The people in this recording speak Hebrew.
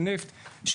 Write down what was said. של נפט,